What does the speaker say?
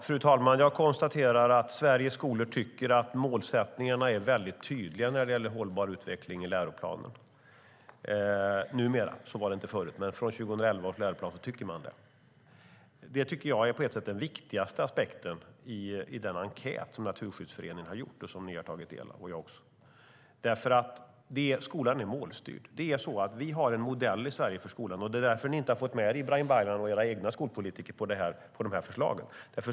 Fru talman! Jag konstaterar att Sveriges skolor tycker att målsättningarna är tydliga när det gäller hållbar utveckling i läroplanen, numera. Så var det inte förut, men utifrån 2011 års läroplan tycker man det. Det är på ett sätt den viktigaste aspekten i den enkät som Naturskyddsföreningen har gjort och som ni och jag har tagit del av. Skolan är nämligen målstyrd. Vi har en modell för skolan i Sverige. Därför har ni inte fått med er Ibrahim Baylan och era egna skolpolitiker på de här förslagen.